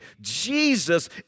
Jesus